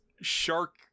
shark